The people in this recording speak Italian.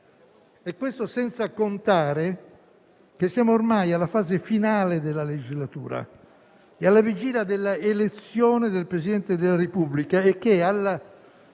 mesi, senza contare che siamo ormai nella fase finale della legislatura e alla vigilia dell'elezione del Presidente della Repubblica